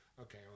Okay